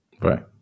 Right